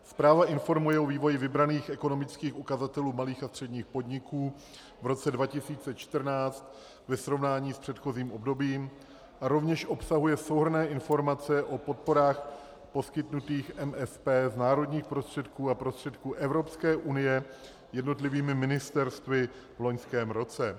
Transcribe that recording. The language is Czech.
Zpráva informuje o vývoji vybraných ekonomických ukazatelů malých a středních podniků v roce 2014 ve srovnání s předchozím obdobím a rovněž obsahuje souhrnné informace o podporách poskytnutých MSP z národních prostředků a prostředků Evropské unie jednotlivými ministerstvy v loňském roce.